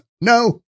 No